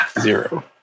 Zero